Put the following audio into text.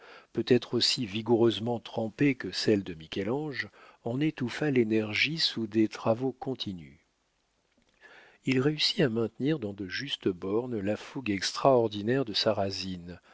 peut-être aussi vigoureusement trempée que celle de michel-ange en étouffa l'énergie sous des travaux continus il réussit à maintenir dans de justes bornes la fougue extraordinaire de sarrasine